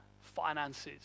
finances